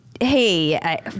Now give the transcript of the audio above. hey